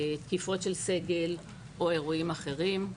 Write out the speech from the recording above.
תקיפות של סגל או אירועים אחרים.